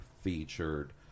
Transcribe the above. featured